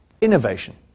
innovation